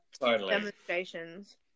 demonstrations